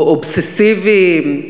או "אובססיביים",